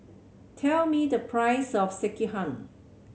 tell me the price of Sekihan